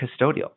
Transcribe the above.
custodial